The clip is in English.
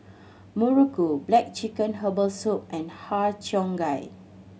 Muruku black chicken herbal soup and Har Cheong Gai